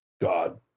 God